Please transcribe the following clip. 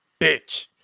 bitch